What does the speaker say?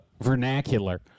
vernacular